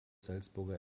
salzburger